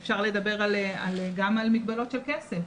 אפשר לדבר גם על מגבלות של כסף,